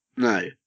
No